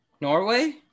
Norway